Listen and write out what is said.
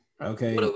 okay